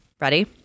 Ready